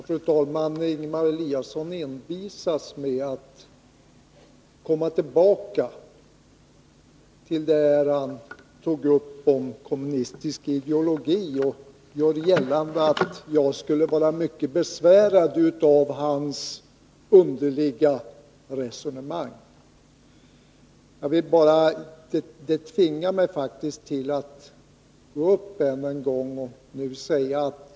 Fru talman! Ingemar Eliasson envisas med att komma tillbaka till kommunistisk ideologi, och han gör gällande att jag skulle vara mycket besvärad av hans underliga resonemang. Det tvingar mig faktiskt att gå upp i talarstolen än en gång.